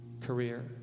career